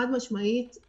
חד משמעית,